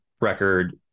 record